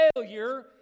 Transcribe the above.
failure